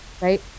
Right